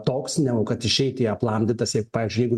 toks negu kad išeiti aplamdytas jeigu pavyzdžiui jeigu